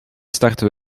starten